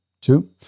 Two